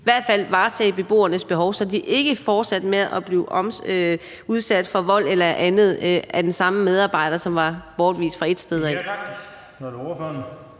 i hvert fald at varetage beboernes behov, så de ikke fortsatte med at blive udsat for vold eller andet af den samme medarbejder, som var bortvist fra ét sted.